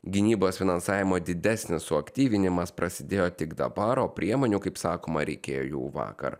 gynybos finansavimo didesnis suaktyvinimas prasidėjo tik dabar o priemonių kaip sakoma reikėjo jau vakar